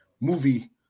movie